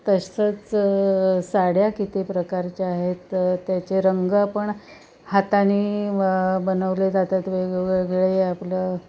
तसंच साड्या किती प्रकारच्या आहेत त्याचे रंग पण हातांनी बनवले जातात वेगवेगळे आपलं